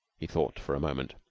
he thought for a moment.